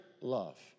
love